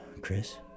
Chris